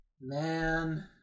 Man